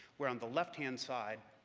where on the left-hand side,